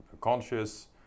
conscious